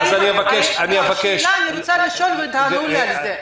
אני רוצה לשאול שאלה ותענו עליה.